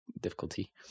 difficulty